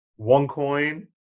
OneCoin